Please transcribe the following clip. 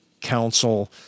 council